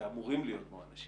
ואמורים להיות בו אנשים,